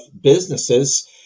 businesses